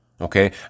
okay